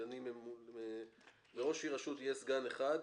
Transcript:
בעיריית ירושלים שישה.